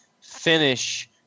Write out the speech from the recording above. finish